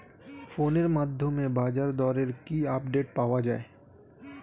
ফোনের মাধ্যমে বাজারদরের কি আপডেট পাওয়া যায়?